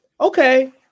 okay